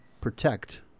protect